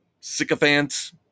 sycophants